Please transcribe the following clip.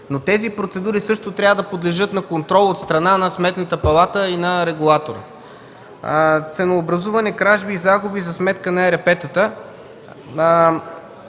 Тези процедури също трябва да подлежат на контрол от страната на Сметната палата и на регулатора. Ценообразуване, кражби, загуби за сметка на ЕРП-тата.